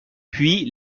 puis